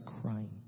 crying